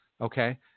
okay